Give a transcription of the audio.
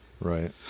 Right